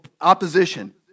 opposition